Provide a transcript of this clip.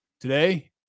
today